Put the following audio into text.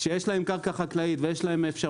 ויש להם קרקע חקלאית ואפשרויות